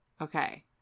Okay